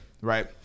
right